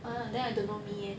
!huh! then I don't know me eh